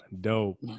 dope